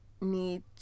need